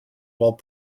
while